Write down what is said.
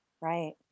Right